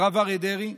הרב אריה דרעי,